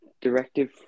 directive